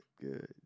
good